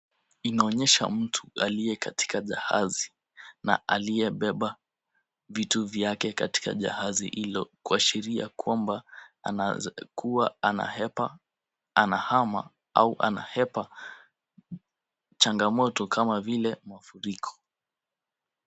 Inaonyesha mtu aliye katika jahazi na aliyebeba vitu yake katika jahazi hilo, kuashiria kuwa anaezakuwa anahepa, anahama au anahepa changamoto kama vile mafuriko.